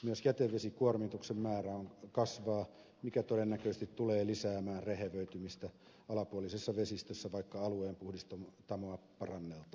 myös jätevesikuormituksen määrä kasvaa mikä todennäköisesti tulee lisäämään rehevöitymistä alapuolisessa vesistössä vaikka alueen puhdistamoa paranneltaisiinkin